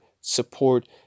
support